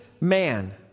man